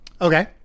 Okay